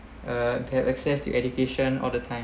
uh had access to education all the time